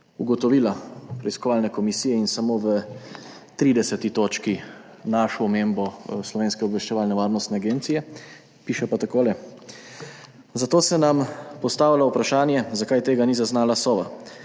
ugotovitve preiskovalne komisije in samo v 30. točki našel omembo Slovenske obveščevalno-varnostne agencije, piše pa takole: »Zato se nam postavlja vprašanje, zakaj tega ni zaznala SOVA?